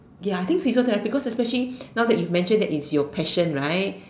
ya I think psychotherapy because especially now that you mentioned that is your passion right